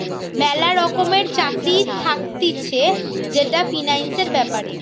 ম্যালা রকমের চাকরি থাকতিছে যেটা ফিন্যান্সের ব্যাপারে